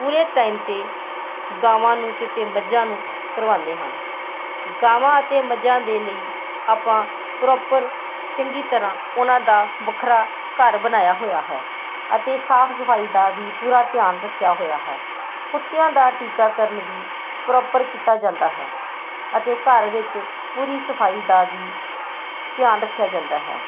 ਪੂਰੇ ਟਾਈਮ 'ਤੇ ਗਾਵਾਂ ਨੂੰ ਅਤੇ ਅਤੇ ਮੱਝਾਂ ਨੂੰ ਕਰਵਾਉਂਦੇ ਹਨ ਗਾਵਾਂ ਅਤੇ ਮੱਝਾਂ ਦੇ ਲਈ ਆਪਾਂ ਪ੍ਰੋਪਰ ਚੰਗੀ ਤਰ੍ਹਾਂ ਉਹਨਾਂ ਦਾ ਵੱਖਰਾ ਘਰ ਬਣਾਇਆ ਹੋਇਆ ਹੈ ਅਤੇ ਸਾਫ ਸਫਾਈ ਦਾ ਵੀ ਪੂਰਾ ਧਿਆਨ ਰੱਖਿਆ ਹੋਇਆ ਹੈ ਕੁੱਤਿਆਂ ਦਾ ਟੀਕਾਕਰਨ ਵੀ ਪ੍ਰੋਪਰ ਕੀਤਾ ਜਾਂਦਾ ਹੈ ਅਤੇ ਘਰ ਵਿੱਚ ਪੂਰੀ ਸਫਾਈ ਦਾ ਵੀ ਧਿਆਨ ਰੱਖਿਆ ਜਾਂਦਾ ਹੈ